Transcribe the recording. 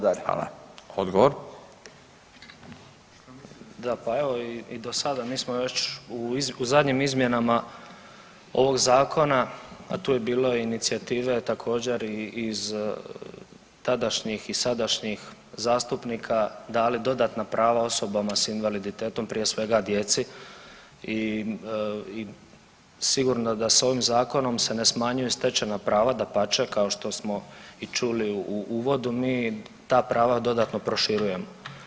Da, pa evo i do sada, mi smo već u zadnjim izmjenama ovog zakona, a tu je bilo inicijative također i iz tadašnjih i sadašnjih zastupnika dali dodatna prava osobama s invaliditetom prije svega djeci i sigurno da se ovim zakonom se ne smanjuje stečena prava, dapače kao što smo i čuli u uvodu mi ta prava dodatno proširujemo.